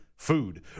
Food